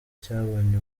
cyabonye